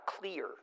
clear